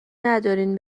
ندارین